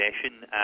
session